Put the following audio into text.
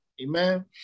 amen